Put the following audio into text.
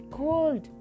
cold